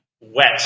wet